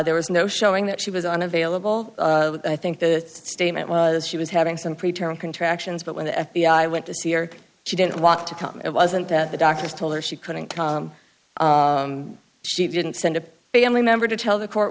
there was no showing that she was unavailable i think the statement was she was having some pre term contractions but when the f b i went to see her she didn't want to come it wasn't that the doctors told her she couldn't she didn't send a family member to tell the court